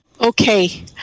Okay